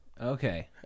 Okay